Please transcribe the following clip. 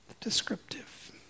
descriptive